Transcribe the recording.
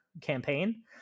campaign